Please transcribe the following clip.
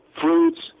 fruits